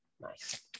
Nice